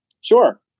Sure